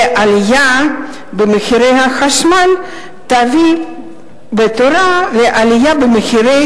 ועלייה במחירי החשמל תביא בתורה לעלייה במחירי